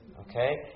Okay